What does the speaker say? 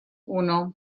uno